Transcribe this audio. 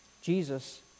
Jesus